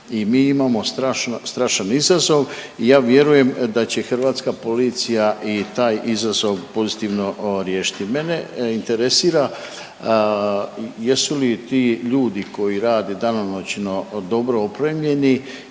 i mi imamo strašan izazov i ja vjerujem da će hrvatska policija i taj izazov pozitivno riješiti. Mene interesira jesu li ti ljudi koji rade danonoćno dobro opremljeni